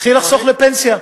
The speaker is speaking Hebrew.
התחיל לחסוך לפנסיה.